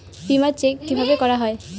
বিমা চেক কিভাবে করা হয়?